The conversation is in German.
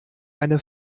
eine